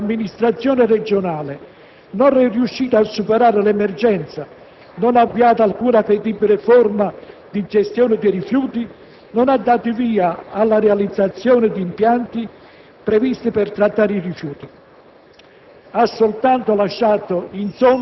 In tutti questi anni, infatti, l'amministrazione regionale non è riuscita a superare l'emergenza, non ha avviato alcuna credibile forma di gestione dei rifiuti, non ha dato il via alla realizzazione degli impianti previsti per trattare i rifiuti.